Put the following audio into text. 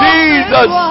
Jesus